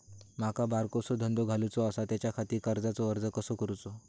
माका बारकोसो धंदो घालुचो आसा त्याच्याखाती कर्जाचो अर्ज कसो करूचो?